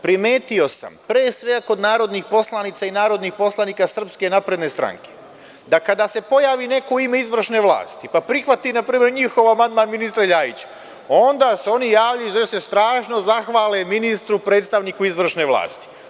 Primetio sam, pre svega kod narodnih poslanica i narodnih poslanika SNS, da kada se pojavi neko u ime izvršne vlasti, pa prihvati na primer njihov amandman, ministre Ljajiću, onda se oni javljaju da se strašno zahvale ministru, predstavniku izvršne vlasti.